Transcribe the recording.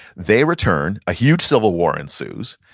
they return, a huge civil war ensues.